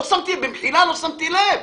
במחילה, לא שמתי לב.